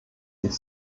sich